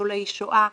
לניצולי שואה,